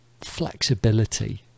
flexibility